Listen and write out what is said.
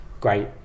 great